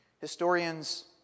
Historians